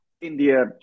India